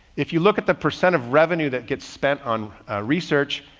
if you look at the percent of revenue that gets spent on research,